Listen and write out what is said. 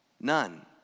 None